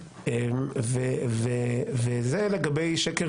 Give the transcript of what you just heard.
העבר, שקר,